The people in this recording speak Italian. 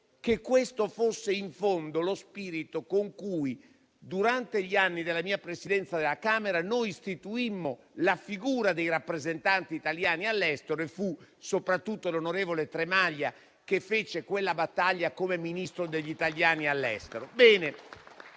che questo fosse in fondo lo spirito con cui, durante gli anni della mia Presidenza della Camera dei deputati, istituimmo la figura dei rappresentanti degli italiani all'estero: fu soprattutto l'onorevole Tremaglia che fece quella battaglia, come Ministro per gli italiani nel mondo.